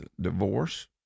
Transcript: divorce